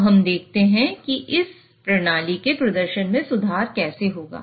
अब हम देखते हैं कि इस प्रणाली के प्रदर्शन में सुधार कैसे होगा